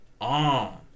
on